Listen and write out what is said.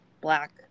black